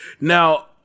Now